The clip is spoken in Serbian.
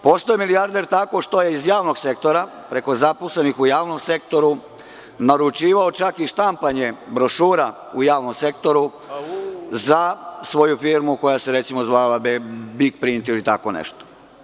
Postao je milijarder tako što je iz javnog sektora, preko zaposlenih u javnom sektoru, naručivao čak i štampanje brošura u javnom sektoru za svoju firmu koja se zvala „Big print“ ili tako nešto.